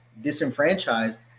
disenfranchised